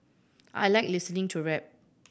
I like listening to rap